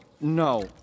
No